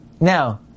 Now